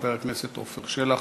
חבר הכנסת עפר שלח.